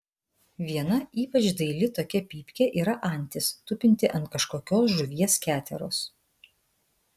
viena ypač daili tokia pypkė yra antis tupinti ant kažkokios žuvies keteros